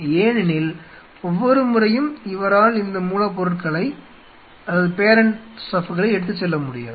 ஏனெனில் ஒவ்வொரு முறையும் இவரால் இந்த மூலப்பொருட்களை எடுத்துச் செல்ல முடியாது